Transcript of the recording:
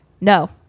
no